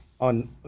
On